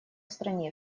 стране